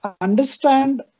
understand